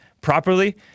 properly